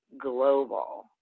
global